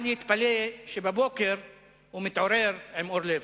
אל יתפלא שבבוקר הוא מתעורר עם אורלב.